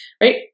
right